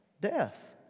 Death